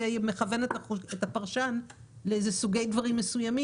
זה מכוון את הפרשן לסוגי דברים מסוימים.